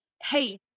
hey